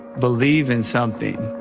believe in something,